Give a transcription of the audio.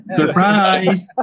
surprise